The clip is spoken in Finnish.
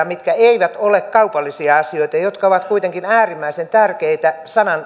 mitkä eivät ole kaupallisia asioita jotka ovat kuitenkin äärimmäisen tärkeitä